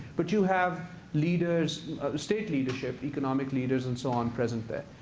but you have leaders state leadership, economic leaders and so on present there.